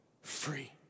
free